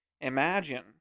Imagine